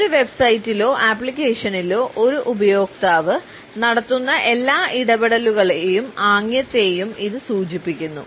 ഒരു വെബ്സൈറ്റിലോ അപ്ലിക്കേഷനിലോ ഒരു ഉപയോക്താവ് നടത്തുന്ന എല്ലാ ഇടപെടലുകളെയും ആംഗ്യത്തെയും ഇത് സൂചിപ്പിക്കുന്നു